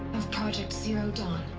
of project zero dawn.